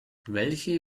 welche